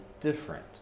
different